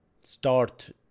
start